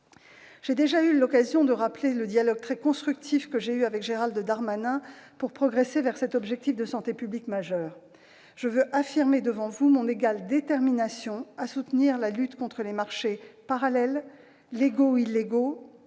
J'ai déjà eu l'occasion de rappeler le dialogue très constructif que j'ai eu avec Gérald Darmanin pour progresser vers cet objectif de santé publique majeur. Je veux affirmer devant vous mon égale détermination à soutenir la lutte contre les marchés parallèles, légaux ou illégaux,